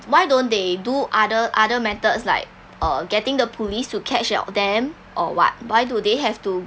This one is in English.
why don't they do other other methods like uh getting the police to catch all them or what why do they have to